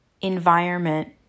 environment